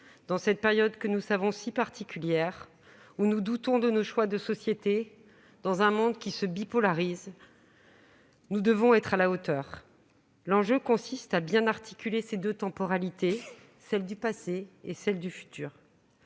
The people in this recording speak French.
Dans cette période que nous savons si particulière, alors que nous doutons de nos choix de société, dans un monde qui se bipolarise, nous devons être à la hauteur. L'enjeu consiste à bien articuler ces deux temporalités, le passé et l'avenir.